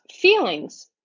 feelings